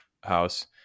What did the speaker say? house